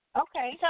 Okay